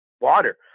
water